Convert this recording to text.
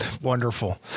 Wonderful